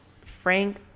Frank